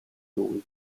lui